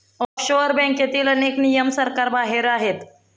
offshore बँकेतील अनेक नियम सरकारबाहेर आहेत